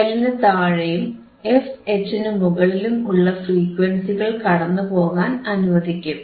fL നു താഴെയും fH നു മുകളിലും ഉള്ള ഫ്രീക്വൻസികൾ കടന്നുപോകാൻ അനുവദിക്കും